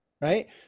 right